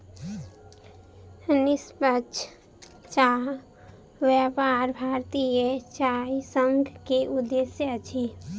निष्पक्ष चाह व्यापार भारतीय चाय संघ के उद्देश्य अछि